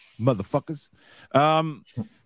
motherfuckers